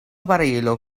barilo